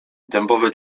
dębowe